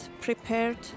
prepared